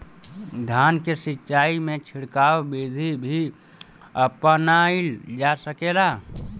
धान के सिचाई में छिड़काव बिधि भी अपनाइल जा सकेला?